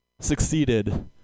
succeeded